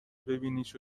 ببینیش